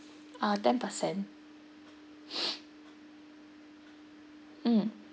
uh ten percent mm